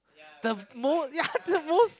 the most ya the most